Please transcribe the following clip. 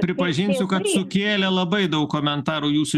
pripažinsiu kad sukėlė labai daug komentarų jūsų